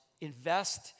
invest